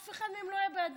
אף אחד מהם לא היה בעדנו.